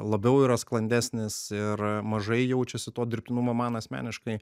labiau yra sklandesnis ir mažai jaučiasi to dirbtinumo man asmeniškai